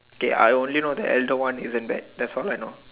okay I only know the elder one isn't bad that's all I know